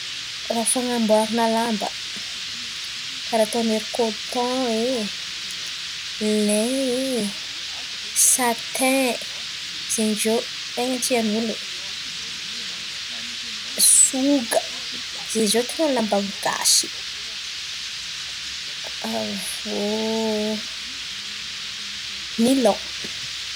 Ràha fan̈amboarana lamba: kàra ataon'ery koton e, lain e, satin zen̈y izy iô ten̈a tian'olo. Soga zen̈y izy iô ten̈a ny lamba gasy, avy iô nilon.